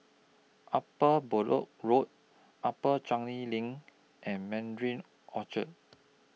Upper Bedok Road Upper Changi LINK and Mandarin Orchard